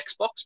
Xbox